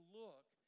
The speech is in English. look